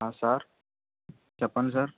sir చెప్పండి sir